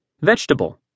Vegetable